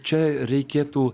čia reikėtų